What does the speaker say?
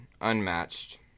Unmatched